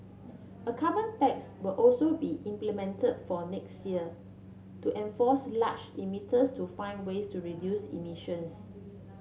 a carbon tax will also be implemented for next year to force large emitters to find ways to reduce emissions